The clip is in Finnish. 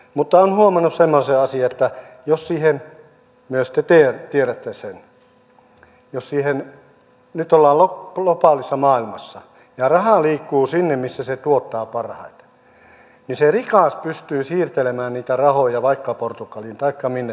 mutta olen huomannut semmoisen asian myös te tiedätte sen että nyt kun ollaan globaalissa maailmassa ja raha liikkuu sinne missä se tuottaa parhaiten niin se rikas pystyy siirtelemään niitä rahoja vaikka portugaliin taikka minne tahansa missä se tuottaa